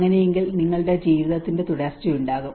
അങ്ങനെയെങ്കിൽ നിങ്ങളുടെ ജീവിതത്തിന്റെ തുടർച്ച ഉണ്ടാകും